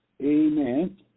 amen